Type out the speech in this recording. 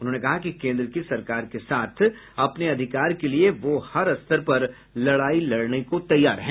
उन्होंने कहा कि केंद्र की सरकार के साथ अपने अधिकार के लिए वह हर स्तर पर लड़ाई लड़ने को तैयार हैं